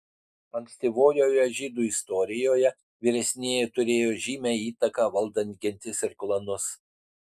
ankstyvojoje žydų istorijoje vyresnieji turėjo žymią įtaką valdant gentis ir klanus